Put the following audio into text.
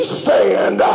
stand